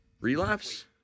Relapse